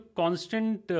constant